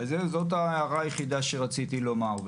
זאת ההערה היחידה שרציתי לומר.